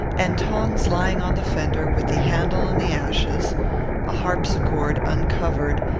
and tongs lying on the fender with the handle in the ashes a harpsichord, uncovered,